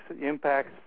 impacts